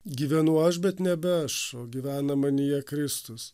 gyvenu aš bet nebe aš o gyvena manyje kristus